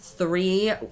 Three